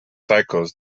cycles